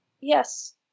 Yes